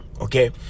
okay